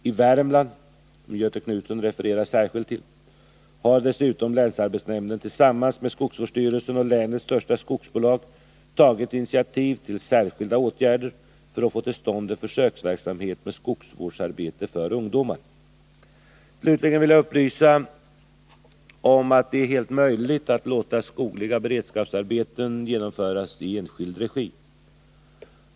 I Värmland, som Göthe Knutson refererar särskilt till, har dessutom länsarbetsnämnden tillsammans med skogsvårdsstyrelsen och länets största skogsbolag tagit initiativ till särskilda åtgärder för att få till stånd en försöksverksamhet med skogsvårdsarbete för ungdomar. Slutligen vill jag upplysa om att det är helt möjligt att låta skogliga beredskapsarbeten genomföras i enskild regi.